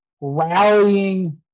rallying